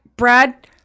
brad